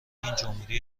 جمهوری